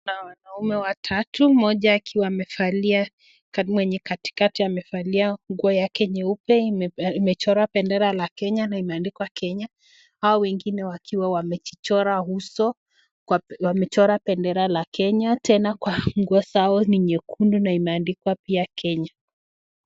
wanaume watatu mmoja akiwa amevalia mwenye katikati amevalia nguo yake nyeupe imechora bendera la kenya na imeaadikwa kenya hao wengine wakiwa wamejichora uso wamechora bendera la kenya tena kwa nguo zao ni nyekundu imeandikwa pia kenya.